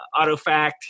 autofact